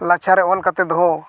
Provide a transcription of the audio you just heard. ᱞᱟᱪᱷᱟ ᱨᱮ ᱚᱞ ᱠᱟᱛᱮᱫ ᱫᱚᱦᱚ